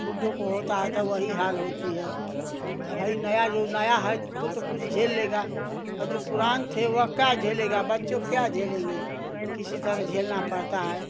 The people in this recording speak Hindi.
बूढ़ों को होता है त वही हाल होती है है नया जो नया है तो तो कुछ झेल लेगा और जो पुरान थे वह का झेलेगा बच्चों क्या झेलेगे किसी तरह झेलना पड़ता है